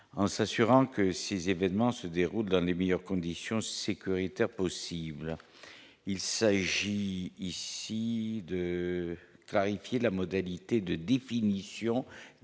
en s'assurant que ces événements se déroulent dans les meilleures conditions sécuritaires possibles, il s'agit ici de clarifier la modalité de définition